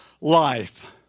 life